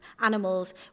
animals